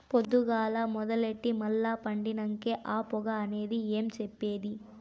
పొద్దుగాల మొదలెట్టి మల్ల పండినంకే ఆ పొగ ఆగేది ఏం చెప్పేది